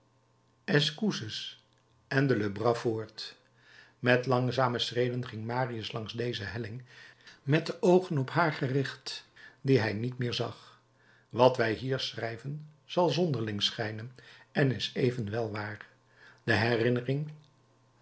escousses en de lebras voort met langzame schreden ging marius langs deze helling met de oogen op haar gericht die hij niet meer zag wat wij hier schrijven zal zonderling schijnen en is evenwel waar de herinnering